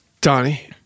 Donnie